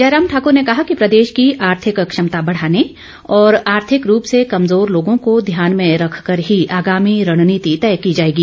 जयराम ठाकर ने कहा कि प्रदेश की आर्थिक क्षमता बढाने और आर्थिक रूप से कमजोर लोगों को ध्यान में रखकर ही आगामी रणनीति तय की जाएगी